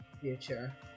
future